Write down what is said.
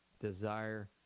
desire